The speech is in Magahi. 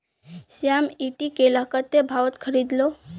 श्याम ईटी केला कत्ते भाउत खरीद लो